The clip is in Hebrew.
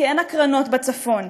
כי אין הקרנות בצפון.